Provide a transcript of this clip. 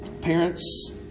Parents